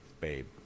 babe